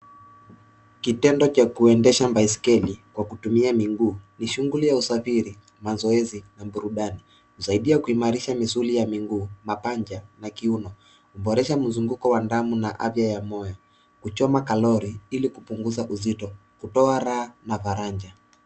Kitendo cha kuendesha baiskeli kwa kutumia miguu ni shighuli ya usafiri, mazoezi na burudani. Husaidia kuimarisha misuli ya miguu, mapaja na kiuno. Huboresha mzunguko wa damu na afya ya moyo. Huchoma kalori ili kupunguza uzito. Hutoa raha na faraja.